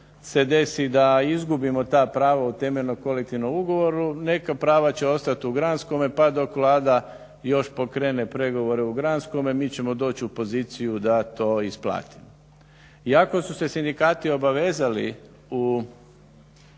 se desi da izgubimo ta prava u temeljnom kolektivnom ugovoru neka prava će ostati u granskome pa dok Vlada još pokrene pregovore u granskome mi ćemo doći u poziciju da to isplatimo. Iako su se sindikati obavezali u